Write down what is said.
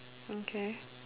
okay